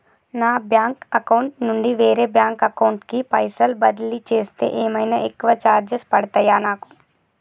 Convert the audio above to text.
నా bank account నుండి వేరే బ్యాంక్ అకౌంట్ కి పైసల్ బదిలీ చేస్తే ఏమైనా ఎక్కువ చార్జెస్ పడ్తయా నాకు?